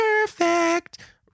Perfect